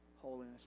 holiness